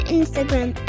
Instagram